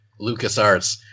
LucasArts